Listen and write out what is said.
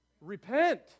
Repent